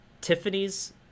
Tiffany's